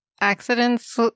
accidents